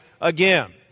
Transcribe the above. again